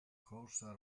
corsa